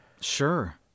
Sure